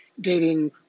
dating